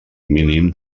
mínim